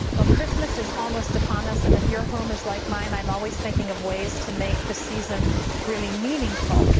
christmas is almost upon us, and if your home is like mine, i'm always thinking of ways to make the season really meaningful.